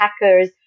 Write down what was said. hackers